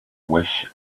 wish